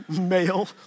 male